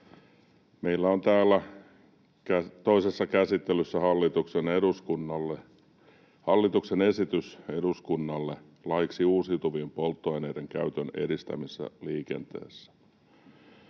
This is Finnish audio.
Meillä on täällä toisessa käsittelyssä hallituksen esitys eduskunnalle laiksi uusiutuvien polttoaineiden käytön edistämisestä liikenteessä.